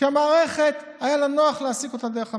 כי למערכת היה נוח להעסיק אותם דרך "המשקם".